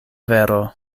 vero